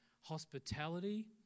hospitality